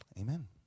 Amen